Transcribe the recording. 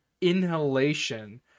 inhalation